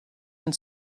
and